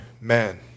man